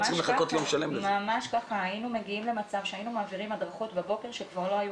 היינו מעבירים בבוקר הדרכות שכבר לא היו